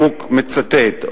הוא מצטט.